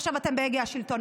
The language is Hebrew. עכשיו אתם בהגה השלטון,